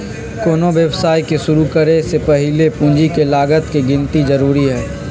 कोनो व्यवसाय के शुरु करे से पहीले पूंजी के लागत के गिन्ती जरूरी हइ